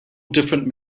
different